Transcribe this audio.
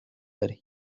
that